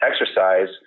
exercise